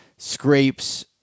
scrapes